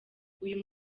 uyu